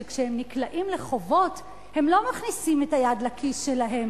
שכשהם נקלעים לחובות הם לא מכניסים את היד לכיס שלהם.